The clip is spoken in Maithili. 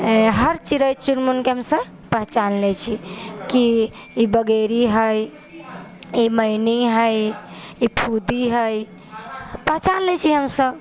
हर चिड़े चुनमुन के हमसब पहचान लै छी की ई बगेरी हइ ई मैनी हइ ई फुदी हइ पहचान लै छियै हमसब